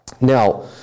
Now